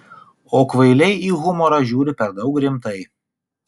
o kvailiai į humorą žiūri per daug rimtai